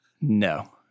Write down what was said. no